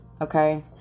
Okay